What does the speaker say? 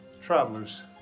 Travelers